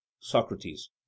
Socrates